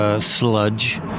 Sludge